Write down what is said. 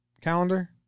calendar